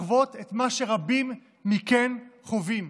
לחוות את מה שרבים מכם חווים